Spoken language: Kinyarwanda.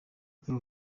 paul